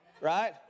right